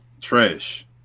trash